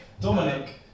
Dominic